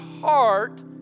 heart